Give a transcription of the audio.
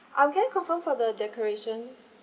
uh can I confirm for the decorations